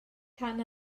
tan